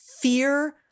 fear